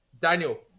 Daniel